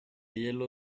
yellow